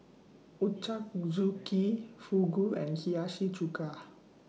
Ochazuke Fugu and Hiyashi Chuka